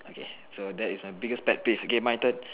okay so that is your biggest pet peeve okay my turn